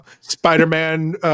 Spider-Man